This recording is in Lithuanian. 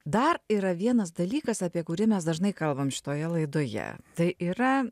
dar yra vienas dalykas apie kurį mes dažnai kalbam šitoje laidoje tai yra